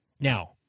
Now